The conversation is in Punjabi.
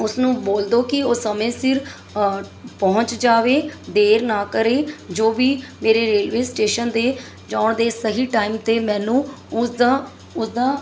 ਉਸਨੂੰ ਬੋਲ ਦਿਓ ਕਿ ਉਹ ਸਮੇਂ ਸਿਰ ਪਹੁੰਚ ਜਾਵੇ ਦੇਰ ਨਾ ਕਰੇ ਜੋ ਵੀ ਮੇਰੇ ਰੇਲਵੇ ਸਟੇਸ਼ਨ ਦੇ ਜਾਣ ਦੇ ਸਹੀ ਟਾਈਮ 'ਤੇ ਮੈਨੂੰ ਉਸਦਾ ਉਸਦਾ